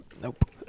nope